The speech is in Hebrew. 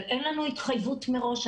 אבל אין לנו התחייבות מראש,